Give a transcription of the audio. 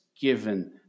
given